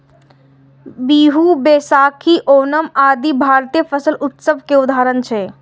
बीहू, बैशाखी, ओणम आदि भारतीय फसल उत्सव के उदाहरण छियै